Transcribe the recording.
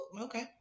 Okay